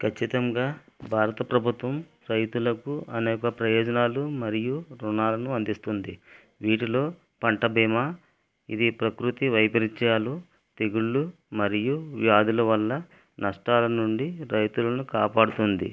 ఖచ్చితంగా భారత ప్రభుత్వం రైతులకు అనేక ప్రయోజనాలు మరియు రుణాలను అందిస్తుంది వీటిలో పంట బీమా ఇది ప్రకృతీ వైపరీత్యాలు తెగుళ్ళు మరియు వ్యాధుల వల్ల నష్టాల నుండి రైతులను కాపాడుతుంది